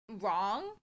wrong